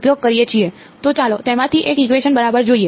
તો ચાલો તેમાંથી એક ઇકવેશન બરાબર જોઈએ